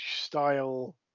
style